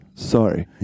Sorry